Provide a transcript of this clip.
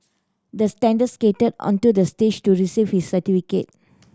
the standard skated onto the stage to receive his certificate